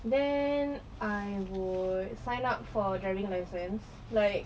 then I would sign up for a driving license like